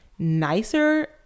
nicer